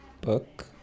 book